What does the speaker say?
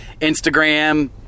Instagram